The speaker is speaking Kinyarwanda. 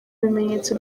bimenyetso